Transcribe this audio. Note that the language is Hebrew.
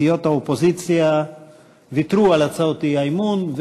סיעות האופוזיציה ויתרו על הצעות האי-אמון,